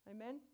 Amen